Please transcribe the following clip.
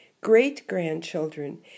great-grandchildren